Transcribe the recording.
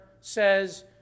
says